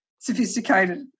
sophisticated